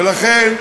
ולכן,